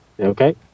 Okay